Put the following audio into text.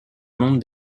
monde